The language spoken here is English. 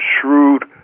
shrewd